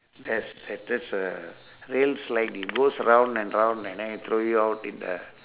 there's there that's a real slide it goes round and round and then they throw you out in a